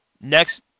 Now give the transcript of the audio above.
next